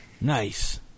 Nice